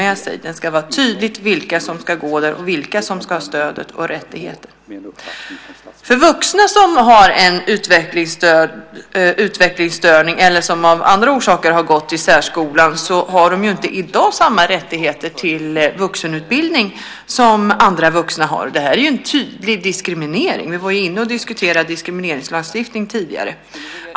Det måste vara tydligt vilka som ska gå där och ha det stödet och den rättigheten. Vuxna som har en utvecklingsstörning eller av andra orsaker gått i särskolan har i dag inte samma rättighet till vuxenutbildning som andra vuxna. Det är en tydlig diskriminering, och vi debatterade ju också diskrimineringslagstiftningen tidigare i dag.